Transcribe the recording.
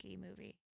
movie